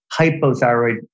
hypothyroid